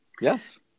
Yes